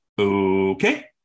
okay